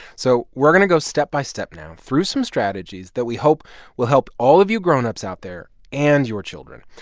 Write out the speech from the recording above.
so we're going to go step by step now through some strategies that we hope will help all of you grown-ups out there and your children.